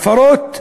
הפרות ועופות.